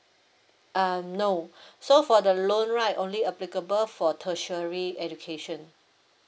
uh no so for the loan right only applicable for tertiary education